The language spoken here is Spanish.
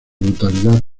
brutalidad